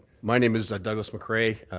my name is douglas mcrae.